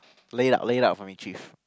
lay out lay out for cheif